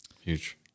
huge